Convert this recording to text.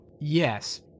Yes